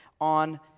on